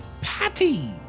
Patty